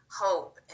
hope